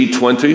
G20